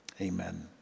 amen